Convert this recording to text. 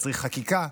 מצריך חקיקה,